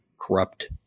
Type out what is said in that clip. corrupt